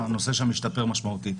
הנושא שם השתפר משמעותית.